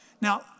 Now